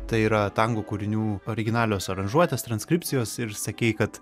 tai yra tango kūrinių originalios aranžuotės transkripcijos ir sakei kad